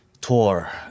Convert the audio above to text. tour